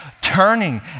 turning